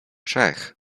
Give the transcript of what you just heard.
trzech